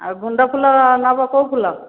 ଆଉ ଗୁଣ୍ଡ ଫୁଲ ନେବ କେଉଁ ଫୁଲ